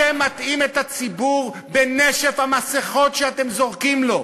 אתם מטעים את הציבור בנשף המסכות שאתם זורקים לו.